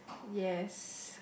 yes